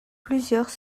plusieurs